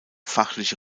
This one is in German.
fachliche